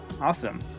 awesome